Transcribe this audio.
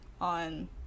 on